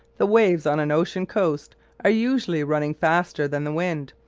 the waves on an ocean coast are usually running faster than the wind,